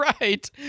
right